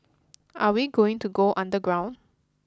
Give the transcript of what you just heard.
are we going to go underground